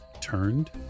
turned